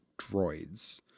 droids